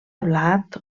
blat